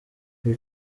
ibi